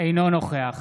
אינו נוכח